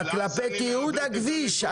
כלפי תיעוד הכביש.